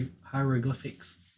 hieroglyphics